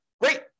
Great